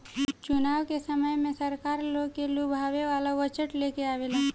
चुनाव के समय में सरकार लोग के लुभावे वाला बजट लेके आवेला